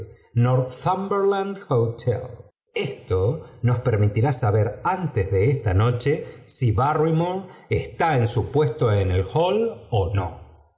hotel esto nos permitirá saber í antes de esta noche bí barrymore está en su puesto en el hall ó no